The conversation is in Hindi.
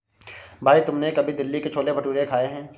भाई तुमने कभी दिल्ली के छोले भटूरे खाए हैं?